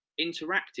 interactive